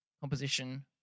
composition